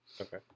Okay